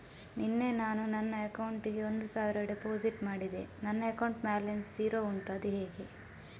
ನಿನ್ನೆ ನಾನು ನನ್ನ ಅಕೌಂಟಿಗೆ ಒಂದು ಸಾವಿರ ಡೆಪೋಸಿಟ್ ಮಾಡಿದೆ ನನ್ನ ಅಕೌಂಟ್ ಬ್ಯಾಲೆನ್ಸ್ ಝೀರೋ ಉಂಟು ಅದು ಹೇಗೆ?